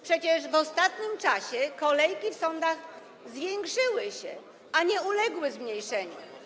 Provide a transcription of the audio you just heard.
Przecież w ostatnim czasie kolejki w sądach zwiększyły się, a nie uległy zmniejszeniu.